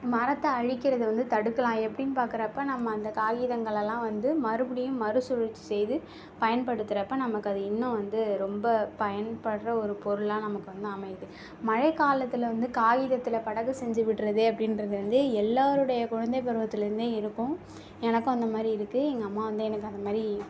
மரத்தை அழிக்கிறது வந்து தடுக்கலாம் எப்படின்னு பார்க்கறப்ப நம்ம அந்த காகிதங்களெலாம் வந்து மறுபடியும் மறுசுழற்சி செய்து பயன்படுத்தகிறப்ப நமக்கு அது இன்னும் வந்து ரொம்ப பயன்படுற ஒரு பொருளாக நமக்கு வந்து அமையுது மழைக் காலத்தில் வந்து காகிதத்தில் படகு செஞ்சு விடுறது அப்படின்றது வந்து எல்லாேருடைய குழந்தை பருவத்திலேருந்தே இருக்கும் எனக்கும் அந்த மாதிரி இருக்குது எங்கள் அம்மா வந்து எனக்கு அந்த மாதிரி